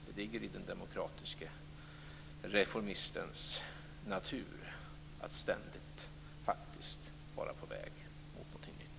Det ligger i den demokratiske reformistens natur att ständigt vara på väg mot någonting nytt.